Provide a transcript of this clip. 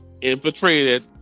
infiltrated